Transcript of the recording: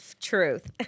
Truth